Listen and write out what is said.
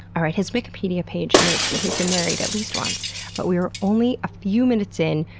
alright, his wikipedia page notes that he's been married at least once but we were only a few minutes in,